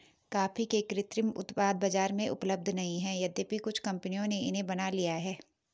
coffee के कृत्रिम उत्पाद बाजार में उपलब्ध नहीं है यद्यपि कुछ कंपनियों ने इन्हें बना लिया है